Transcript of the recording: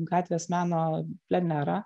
gatvės meno plenerą